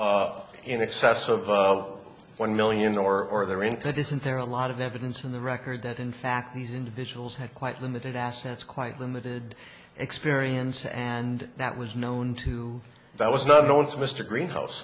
up in excess of one million or their in could isn't there a lot of evidence in the record that in fact these individuals had quite limited assets quite limited experience and that was known to that was not known as mr greenhouse